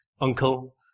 uncle